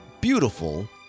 beautiful